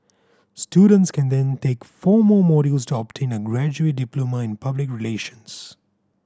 students can then take four more modules to obtain a graduate diploma in public relations